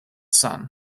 sun